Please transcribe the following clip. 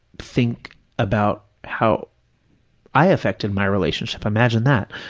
think about how i affected my relationship, imagine that.